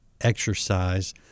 exercise